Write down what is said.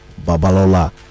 Babalola